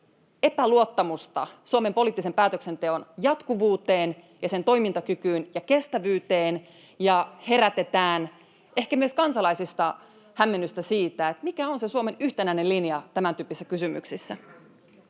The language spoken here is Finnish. epäluottamusta Suomen poliittisen päätöksenteon jatkuvuuteen ja sen toimintakykyyn ja kestävyyteen ja herätetään ehkä myös kansalaisissa hämmennystä siitä, mikä on se Suomen yhtenäinen linja tämäntyyppisissä kysymyksissä.